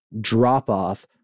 drop-off